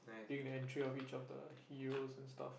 during the entry of each of the heroes and stuff